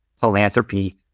philanthropy